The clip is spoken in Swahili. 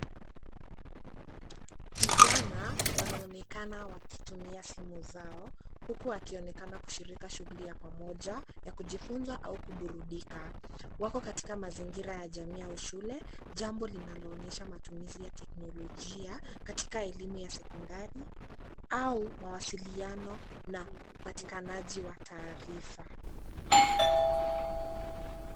Vijana wanaonekana wakitumia simu zao, huku wakionekana kushirika shughuli ya pamoja ya kujifunza au kuburudika. Wako katika mazingira ya jamii au shule, jambo linaloonyesha matumizi ya teknolojia katika elimu ya sekondari au mawasiliano na upatikanaji wa taarifa.